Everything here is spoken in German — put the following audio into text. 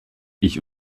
ich